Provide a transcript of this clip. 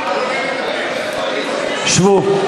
שבו.